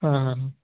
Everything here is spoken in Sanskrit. हा हा हा